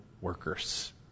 workers